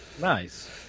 Nice